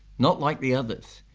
not like the others.